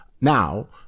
now